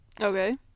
Okay